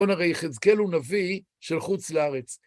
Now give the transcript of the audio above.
בוא נראה חזקאלו נביא של חוץ לארץ.